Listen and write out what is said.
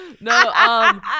No